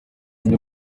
undi